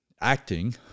acting